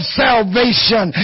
salvation